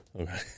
Okay